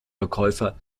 verkäufer